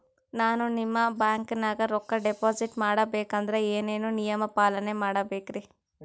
ನಾನು ನಿಮ್ಮ ಬ್ಯಾಂಕನಾಗ ರೊಕ್ಕಾ ಡಿಪಾಜಿಟ್ ಮಾಡ ಬೇಕಂದ್ರ ಏನೇನು ನಿಯಮ ಪಾಲನೇ ಮಾಡ್ಬೇಕ್ರಿ?